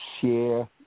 share